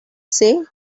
say